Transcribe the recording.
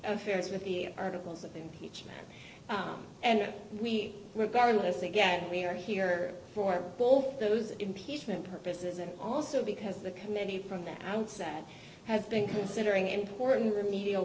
affairs with the articles of impeachment and we regardless again we are here for all those impeachment purposes and also because the committee from the outset has been considering important remedial